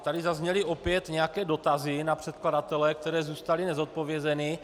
Tady zazněly opět nějaké dotazy na předkladatele, které zůstaly nezodpovězené.